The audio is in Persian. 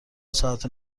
ساعت